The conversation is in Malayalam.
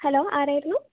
ഹലോ ആരായിരുന്നു